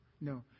No